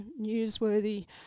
newsworthy